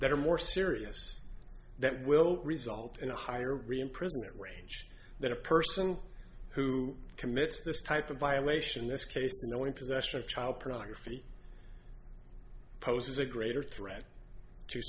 that are more serious that will result in a higher re imprisonment range that a person who commits this type of violation this case the one possession of child pornography poses a greater threat to